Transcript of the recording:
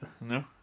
No